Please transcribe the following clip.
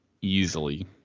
easily